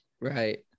Right